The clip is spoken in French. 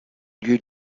lieu